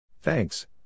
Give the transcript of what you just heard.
Thanks